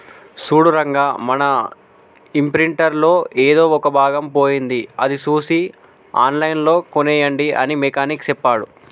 సూడు రంగా మన ఇంప్రింటర్ లో ఎదో ఒక భాగం పోయింది అది సూసి ఆన్లైన్ లో కోనేయండి అని మెకానిక్ సెప్పాడు